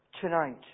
tonight